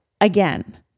again